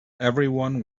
everyone